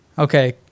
Okay